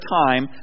time